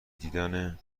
دیدن